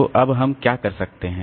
तो अब हम क्या कर सकते हैं